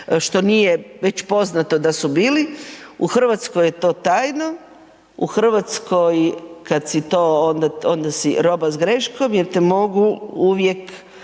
što nije već poznato da su bili. U Hrvatskoj je to tajno u Hrvatskoj kada si to onda si roba s greškom jer ti mogu uvijek